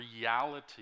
reality